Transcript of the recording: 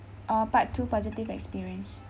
uh part two positive experience